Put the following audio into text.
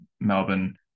Melbourne